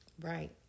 Right